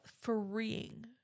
freeing